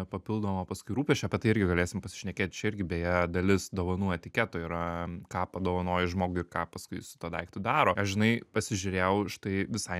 papildomo paskui rūpesčio apie tai irgi galėsim pasišnekėt čia irgi beje dalis dovanų etiketo yra ką padovanoji žmogui ir ką paskui su tuo daiktu daro aš žinai pasižiūrėjau štai visai